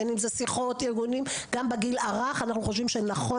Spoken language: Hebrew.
בין אם הם שיחות או ארגונים גם בגיל הרך אנחנו חושבים שנכון